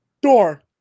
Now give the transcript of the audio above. door